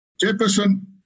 Jefferson